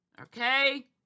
okay